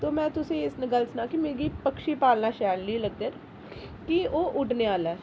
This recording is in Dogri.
ते मैं तुसेंई एह् गल्ल सनां कि मिगी पक्षी पालना शैल नी लगदे कि ओह् उड्ढने आह्ला ऐ